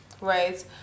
right